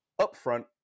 upfront